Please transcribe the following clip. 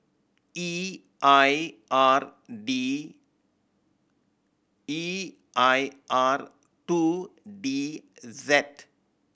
E I R D E I R two D Z